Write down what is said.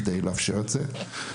כדי לאפשר את זה.